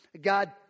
God